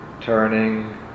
turning